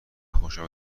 خوشحال